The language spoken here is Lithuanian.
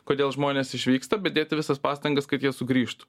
kodėl žmonės išvyksta bet dėti visas pastangas kad jie sugrįžtų